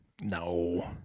No